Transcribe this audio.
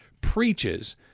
preaches